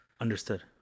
Understood